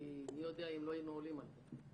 כי מי יודע מה אם לא היינו עולים על זה.